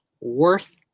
worth